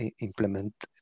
implement